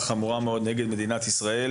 חמורה מאוד בבתי הספר נגד מדינת ישראל.